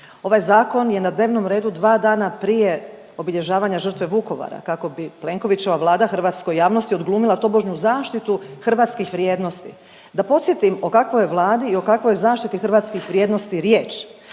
Ovaj zakon je na dnevnom redu dva dana prije obilježavanja žrtve Vukovara kako bi Plenkovićeva Vlada hrvatskoj javnosti odglumila tobožnju zaštitu hrvatskih vrijednosti. Da podsjetim o kakvoj je Vladi i o kakvoj zaštiti hrvatskih vrijednosti riječ.